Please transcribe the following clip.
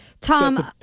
Tom